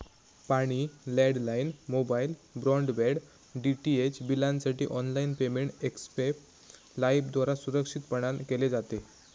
पाणी, landline, mobile, broadband, DTH बिलांसाठी online payment Xpay लाइफद्वारा सुरक्षितपणान केले जाते